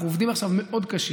אנחנו עובדים עכשיו מאוד קשה